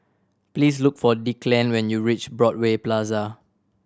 please look for Declan when you reach Broadway Plaza